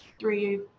three